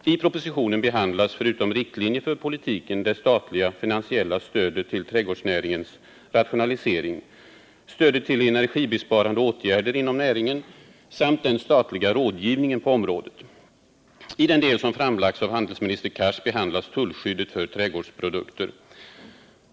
I propositionen behandlas förutom riktlinjer för politiken det statliga finansiella stödet till trädgårdsnäringens rationalisering, stödet till energibesparande åtgärder inom näringen samt den statliga rådgivningen på området. I den del som framlagts av handelsminister Cars behandlas tullskyddet för trädgårdsprodukter.